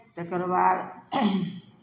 तकर बाद